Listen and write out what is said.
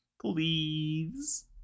Please